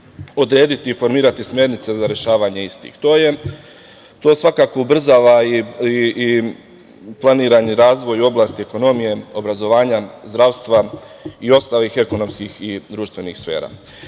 odrediti i formirati smernice za rešavanje istih. To svakako ubrzava i planirani razvoj u oblasti ekonomije, obrazovanja, zdravstva i ostalih ekonomskih i društvenih sfera. Mi